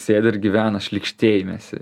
sėdi ir gyvena šlykštėjimesi